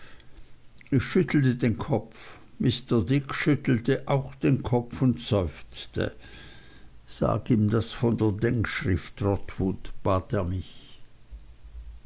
ich schüttelte den kopf mr dick schüttelte auch den kopf und seufzte sag ihm das von der denkschrift